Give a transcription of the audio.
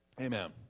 Amen